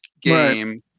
game